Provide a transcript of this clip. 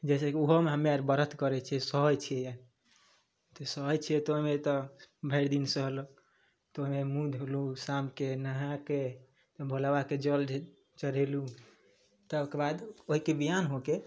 जइसे कि ओहोमे हमे आर व्रत करै छिए सहै छिए तऽ सहै छिए तऽ ओहिमे तऽ भरि दिन सहलहुँ तऽ ओहिमे मुँह धोलहुँ शामके नहाके भोलाबाबाके जल चढ़ेलहुँ ताहिकेबाद ओहिके बिहान होके